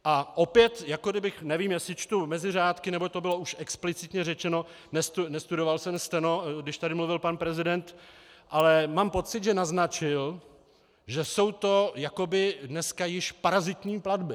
A opět, jako kdybych nevím, jestli čtu mezi řádky, nebo to bylo už explicitně řečeno, nestudoval jsem steno, když tady mluvil pan prezident, ale mám pocit, že naznačil, že jsou to jakoby dneska již parazitní platby.